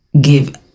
give